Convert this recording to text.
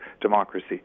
democracy